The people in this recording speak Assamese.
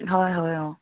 হয় হয় অঁ